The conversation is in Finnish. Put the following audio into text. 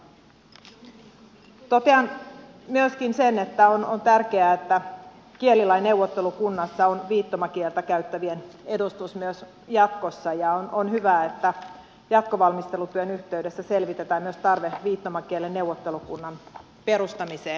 totean myöskin sen että on tärkeää että kielilain neuvottelukunnassa on viittomakieltä käyttävien edustus myös jatkossa ja on hyvä että jatkovalmistelutyön yhteydessä selvitetään myös tarve viittomakielen neuvottelukunnan perustamiseen